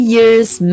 Year's